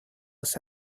was